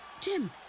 Jim